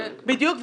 בדיוק.